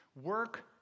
Work